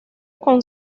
con